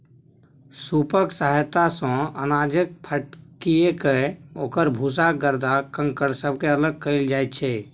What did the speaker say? सूपक सहायता सँ अनाजकेँ फटकिकए ओकर भूसा गरदा कंकड़ सबके अलग कएल जाइत छै